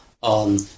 on